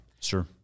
Sure